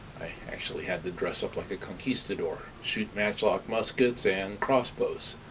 i actually had the dress up like a conquistador, shoot matchlock muskets and crossbows.